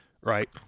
right